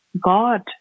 God